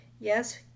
Yes